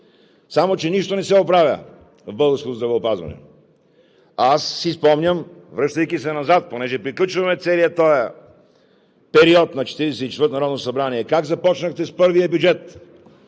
Само че нищо не се оправя в българското здравеопазване. Аз си спомням, връщайки се назад, понеже приключваме целия този период на Четиридесет и четвъртото народно събрание, как започнахте с първия бюджет